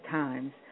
times